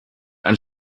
ein